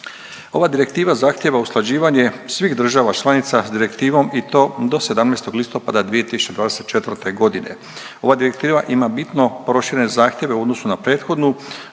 Ova direktiva zahtijeva usklađivanje svih država članica s direktivom i to do 17. listopada 2024.g., ova direktiva ima bitno proširene zahtjeve u odnosu na prethodnu